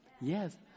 Yes